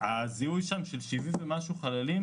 שאפשר לקבל החלטה כבר היום ולטפל בנפגעי אסון מירון.